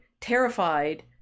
terrified